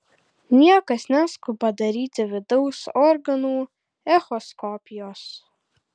niekas neskuba daryti vidaus organų echoskopijos